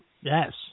Yes